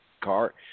car